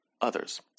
others